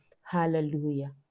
Hallelujah